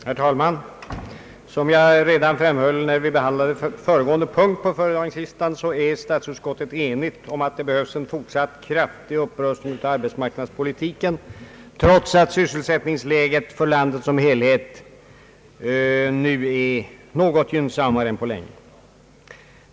Herr talman! Som jag redan framhöll när vi behandlade föregående punkt på föredragningslistan är statsutskottet enigt om att det behövs en fortsatt kraftig upprustning av arbetsmarknadspolitiken trots att sysselsättningsläget för landet som helhet nu är något gynnsammare än på länge.